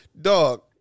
Dog